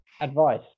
Advice